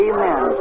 Amen